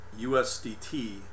USDT